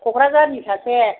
क'क्राझारनि सासे